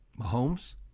Mahomes